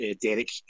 Derek